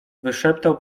wyszeptał